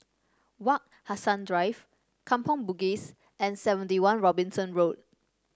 Wak Hassan Drive Kampong Bugis and Seventy One Robinson Road